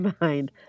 mind